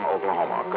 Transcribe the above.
Oklahoma